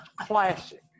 Classic